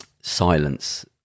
silence